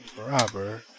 Robert